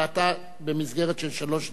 אתה במסגרת של שלוש דקות,